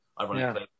ironically